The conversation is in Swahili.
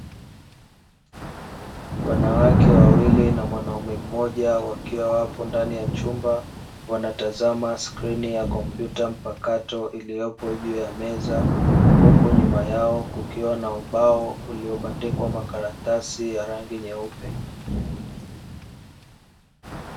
Wanawake wawili na mwanaume mmoja wakiwa wapo ndani ya chumba, wanatazama screen ya kompyuta mpakato iliyopo juu ya meza, huku nyuma yao kukiwa na ubao uliobandikwa makaratasi ya rangi nyeupe.